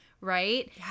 right